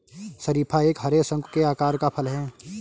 शरीफा एक हरे, शंकु के आकार का फल है